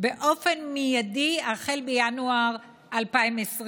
באופן מיידי החל בינואר 2020,